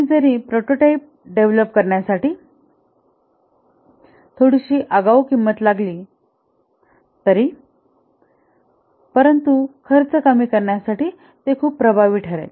आणि जरी prototype develop करण्यासाठी थोडीशी आगाऊ किंमत लागली तरी परंतु खर्च कमी करण्यासाठी खूप प्रभावी ठरेल